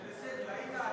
זה בסדר, היית עדין.